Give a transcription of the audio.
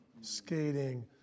skating